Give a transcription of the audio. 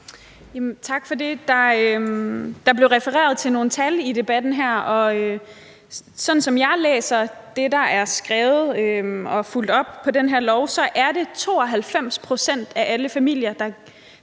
Tak for det. Der er blevet refereret til nogle tal i debatten her, og sådan som jeg læser det, der er skrevet og er fulgt op på den her lov med, så er det 92 pct. af alle familier, der